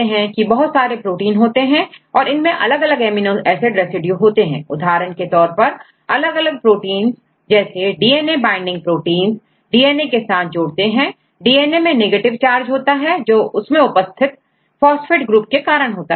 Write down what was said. हम यह देख सकते हैं की बहुत सारे प्रोटीन होते हैं और इनमें अलग अलग एमिनो एसिड रेसिड्यू होते हैं उदाहरण के तौर पर अलग अलग प्रोटींस जैसे डीएनए बाइंडिंग प्रोटींस डीएनए के साथ जोड़ते हैं डीएनए में नेगेटिव चार्ज होता है जो उसमें उपस्थित फास्फेट ग्रुप के कारण होता है